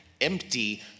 empty